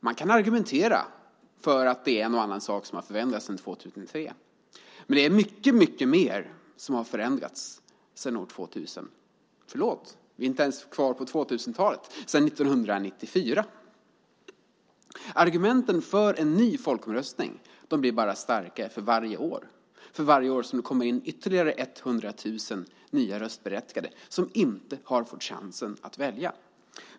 Man kan argumentera för att det är en och annan sak som har förändrats sedan 2003, men det är mycket mer som har förändrats sedan 1994. Argumenten för en ny folkomröstning blir starkare för varje år. Varje år kommer det 100 000 nya röstberättigade som inte har fått chansen att välja.